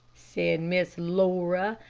said miss laura,